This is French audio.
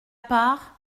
part